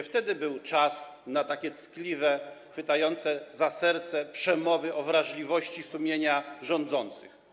Wtedy był czas na takie ckliwe, chwytające za serce przemowy o wrażliwości sumienia rządzących.